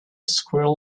squirrel